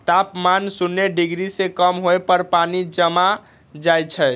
तापमान शुन्य डिग्री से कम होय पर पानी जम जाइ छइ